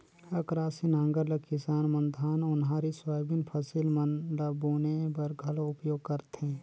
अकरासी नांगर ल किसान मन धान, ओन्हारी, सोयाबीन फसिल मन ल बुने बर घलो उपियोग करथे